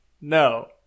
No